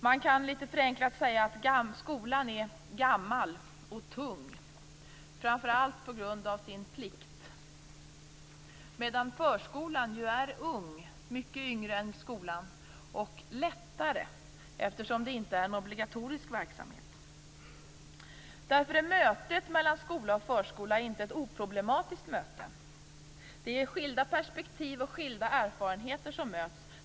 Man kan litet förenklat säga att skolan är gammal och tung, framför allt på grund av sin plikt, medan förskolan ju är ung, mycket yngre än skolan, och lättare eftersom det inte är en obligatorisk verksamhet. Därför är mötet mellan skola och förskola inte ett oproblematiskt möte. Det är skilda perspektiv och skilda erfarenheter som möts.